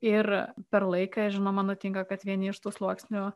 ir per laiką žinoma nutinka kad vieni iš tų sluoksnių